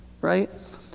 right